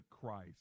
Christ